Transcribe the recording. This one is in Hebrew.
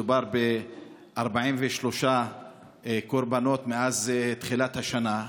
מדובר ב-43 קורבנות מאז תחילת השנה.